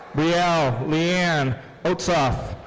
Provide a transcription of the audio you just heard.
brielle leanne osthoff.